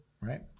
right